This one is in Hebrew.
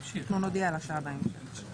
אנחנו נודיע על השעה בהמשך.